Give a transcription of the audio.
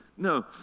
No